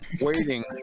waiting